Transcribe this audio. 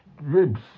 ribs